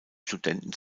studenten